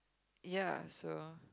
ya so